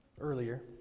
earlier